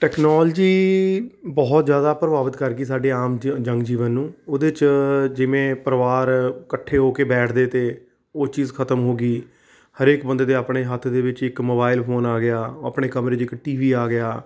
technology ਬਹੁਤ ਜ਼ਿਆਦਾ ਪ੍ਰਭਾਵਿਤ ਕਰ ਗਈ ਸਾਡੇ ਆਮ ਜ ਜਨ ਜੀਵਨ ਨੂੰ ਉਹਦੇ 'ਚ ਜਿਵੇਂ ਪਰਿਵਾਰ ਇਕੱਠੇ ਹੋ ਕੇ ਬੈਠਦੇ ਤੇ ਉਹ ਚੀਜ਼ ਖਤਮ ਹੋ ਗਈ ਹਰੇਕ ਬੰਦੇ ਦੇ ਆਪਣੇ ਹੱਥ ਦੇ ਵਿੱਚ ਇੱਕ ਮੋਬਾਈਲ ਫੋਨ ਆ ਗਿਆ ਆਪਣੇ ਕਮਰੇ 'ਚ ਇੱਕ ਟੀ ਵੀ ਆ ਗਿਆ